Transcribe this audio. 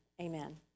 amen